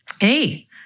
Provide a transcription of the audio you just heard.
Hey